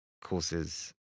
courses